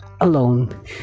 alone